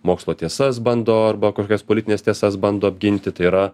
mokslo tiesas bando arba kažkokias politines tiesas bando apginti tai yra